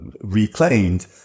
reclaimed